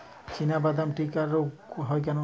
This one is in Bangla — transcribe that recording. চিনাবাদাম টিক্কা রোগ হয় কেন?